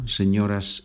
señoras